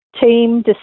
team